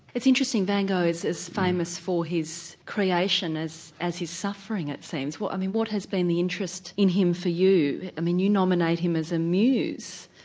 it's interesting van gogh is as famous for his creation as as his suffering it seems. i mean what has been the interest in him for you? i mean you nominate him as a muse.